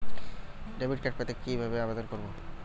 Debit card পেতে কি ভাবে আবেদন করব?